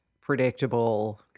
predictable